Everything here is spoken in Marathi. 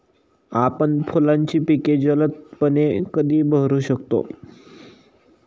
आपण फुलांची पिके जलदपणे कधी बहरू शकतो?